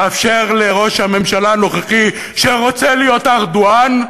לאפשר לראש הממשלה הנוכחי, שרוצה להיות ארדואן,